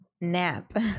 nap